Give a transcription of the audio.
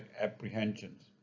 apprehensions